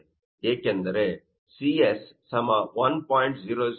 ಏಕೆಂದರೆ Cs 1